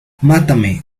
mátame